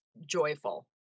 joyful